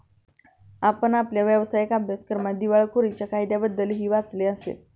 आपण आपल्या व्यावसायिक अभ्यासक्रमात दिवाळखोरीच्या कायद्याबद्दलही वाचले असेल